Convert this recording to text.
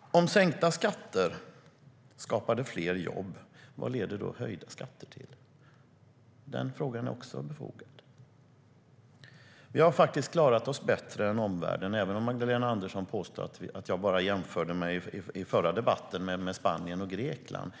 Om sänkta skatter skapar fler jobb, vad leder då höjda skatter till? Den frågan är också befogad. Vi har faktiskt klarat oss bättre än omvärlden, även om Magdalena Andersson påstår att jag i förra debatten bara jämförde oss med Spanien och Grekland.